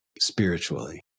spiritually